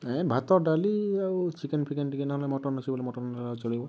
ଏ ଭାତ ଡାଲି ଆଉ ଚିକେନ୍ ଫିକେନ୍ ଟିକେ ନ ହେଲେ ମଟନ୍ ଅଛି ହେଲେ ମଟନ୍ ଚଳିବ